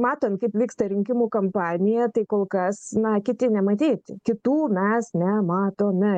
matant kaip vyksta rinkimų kampanija tai kol kas na kiti nematyti kitų mes nematome